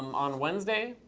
um on wednesday,